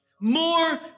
More